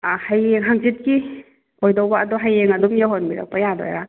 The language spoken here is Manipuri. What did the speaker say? ꯍꯌꯦꯡ ꯍꯥꯡꯆꯤꯠꯀꯤ ꯇꯧꯗꯧꯕ ꯑꯗꯣ ꯍꯌꯦꯡ ꯑꯗꯨꯝ ꯌꯧꯍꯟꯕꯤꯔꯛꯄ ꯌꯥꯗꯣꯏꯔꯥ